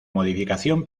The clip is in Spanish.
modificación